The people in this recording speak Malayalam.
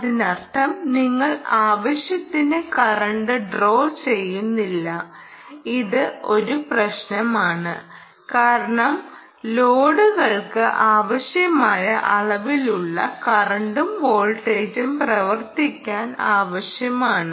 അതിനർത്ഥം നിങ്ങൾ ആവശ്യത്തിന് കറന്റ് ഡ്രോ ചെയ്യുന്നില്ല ഇത് ഒരു പ്രശ്നമാണ് കാരണം ലോഡുകൾക്ക് ആവശ്യമായ അളവിലുള്ള കറന്റും വോൾട്ടേജും പ്രവർത്തിക്കാൻ ആവശ്യമാണ്